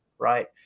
right